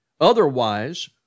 Otherwise